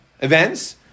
events